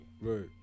Right